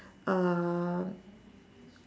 um